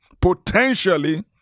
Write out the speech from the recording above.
Potentially